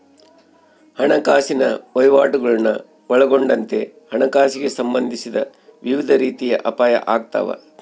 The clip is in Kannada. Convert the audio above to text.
ಹಣಕಾಸಿನ ವಹಿವಾಟುಗುಳ್ನ ಒಳಗೊಂಡಂತೆ ಹಣಕಾಸಿಗೆ ಸಂಬಂಧಿಸಿದ ವಿವಿಧ ರೀತಿಯ ಅಪಾಯ ಆಗ್ತಾವ